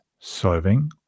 solving